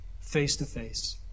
face-to-face